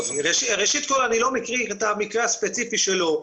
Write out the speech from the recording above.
ראשית, אני לא מכיר את המקרה הספציפי שלו.